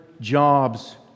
jobs